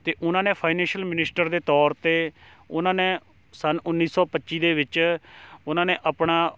ਅਤੇ ਉਹਨਾਂ ਨੇ ਮਨਿਸਟਰ ਦੇ ਤੌਰ 'ਤੇ ਉਹਨਾਂ ਨੇ ਸੰਨ ਉੱਨੀ ਸੌ ਪੱਚੀ ਦੇ ਵਿੱਚ ਉਹਨਾਂ ਨੇ ਆਪਣਾ